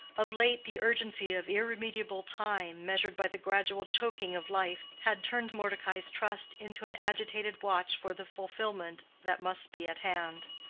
of late the urgency of irremediable time, measured by the gradual choking of life, had turned mordecai's trust into an agitated watch for the fulfillment that must be at hand.